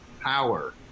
power